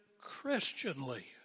Christianly